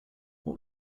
what